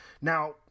now